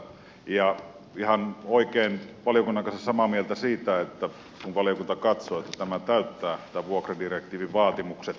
ja on ihan oikein olen valiokunnan kanssa samaa mieltä siitä kun valiokunta katsoo että tämä täyttää tämän vuokradirektiivin vaatimukset